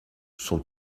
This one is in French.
son